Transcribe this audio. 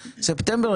ספטמבר,